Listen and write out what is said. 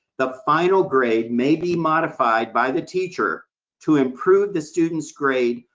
the final grade may be modified by the teacher to improve the student's grade,